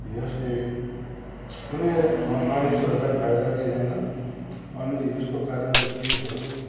यसले कुनै मानिसहरूलाई फाइदा दिँदैन अनि यसको कारण चाहिँ के भने